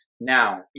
Now